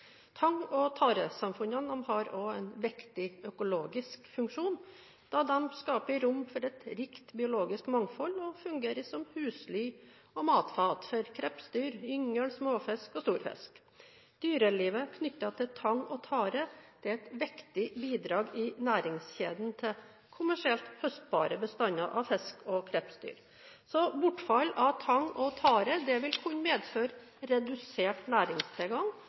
Tang- og taresamfunnene har også en viktig økologisk funksjon, da de skaper rom for et rikt biologisk mangfold og fungerer som husly og matfat for krepsdyr, yngel, småfisk og stor fisk. Dyrelivet knyttet til tang og tare er et viktig bidrag i næringskjeden til kommersielt høstbare bestander av fisk og krepsdyr. Bortfall av tang og tare vil kunne medføre redusert næringstilgang